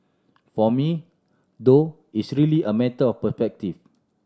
for me though it's really a matter of